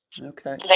okay